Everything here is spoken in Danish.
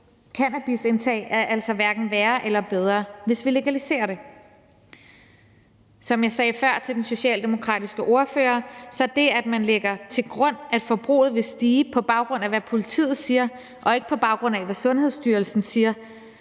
cannabisindtag, bliver altså hverken værre eller bedre, hvis vi legaliserer det. Som jeg sagde før til den socialdemokratiske ordfører, svarer det, at man lægger til grund, at forbruget vil stige, på baggrund af hvad politiet siger, og ikke på baggrund af hvad Sundhedsstyrelsen siger,